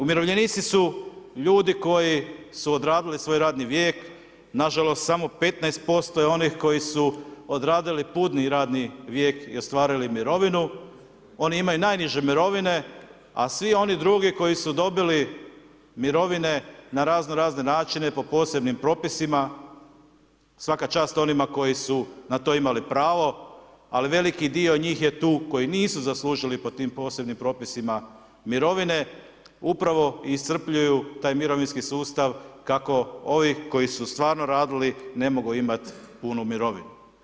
Umirovljenici su ljudi koji su odradili svoj radni vijek, nažalost samo 15% je onih koji su odradili puni radni vijek i ostvarili mirovinu, oni imaju najniže mirovine, a svi oni drugi koji su dobili mirovine na razno razne načine po posebnim propisima, svaka čast onima koji su na to imali pravo, ali veliki dio njih je tu koji nisu zaslužili po tim posebnim propisima mirovine, upravo iscrpljuju taj mirovinski sustav kako ovi koji su stvarno radili ne mogu imati punu mirovinu.